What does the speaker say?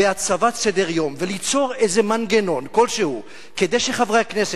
בהצבת סדר-יום ויצירת מנגנון כלשהו כדי שחברי הכנסת,